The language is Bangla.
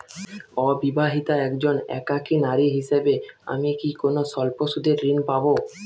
অবিবাহিতা একজন একাকী নারী হিসেবে আমি কি কোনো স্বল্প সুদের ঋণ পাব?